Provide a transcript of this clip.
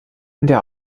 der